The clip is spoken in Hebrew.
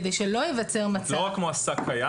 כדי שלא ייווצר מצב --- לא רק מועסק קיים.